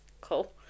cool